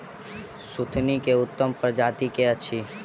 सुथनी केँ उत्तम प्रजाति केँ अछि?